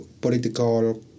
political